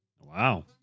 Wow